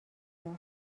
کرد